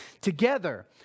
Together